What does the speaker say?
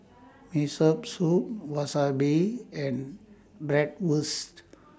Miso Soup Wasabi and Bratwurst